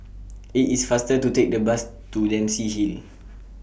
IT IS faster to Take The Bus to Dempsey Hill